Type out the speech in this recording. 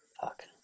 Fuck